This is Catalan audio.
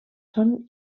són